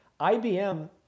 IBM